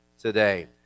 today